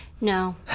No